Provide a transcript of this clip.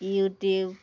YouTube